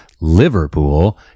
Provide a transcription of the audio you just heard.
Liverpool